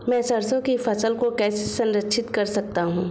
मैं सरसों की फसल को कैसे संरक्षित कर सकता हूँ?